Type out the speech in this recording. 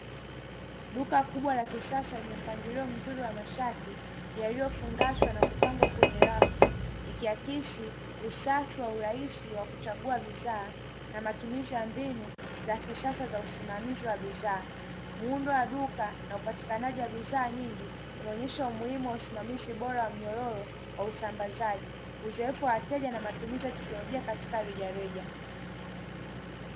Duka kubwa la kisasa lenye mpangilio mzuri wa mashati yaliyofungashwa na kupangwa kwenye rafu, ikiakisi usafi wa urahisi wa kuchagua bidhaa na matumizi ya mbinu za kisasa za usimamizi wa bidhaa. Muundo wa duka na upatikanaji wa bidhaa nyingi inaonyesha umuhimu wa usimamizi bora wa mnyonyoro wa usambazaji, uzoefu wa wateja na matumizi ya teknolojia katika rejareja.